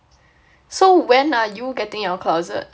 so when are you getting a closet